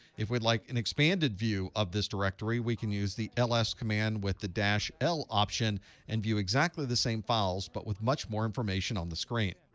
if we'd like an expanded view of this directory, we can use the ls command with the dash l option and view exactly the same files but with much more information on the screen.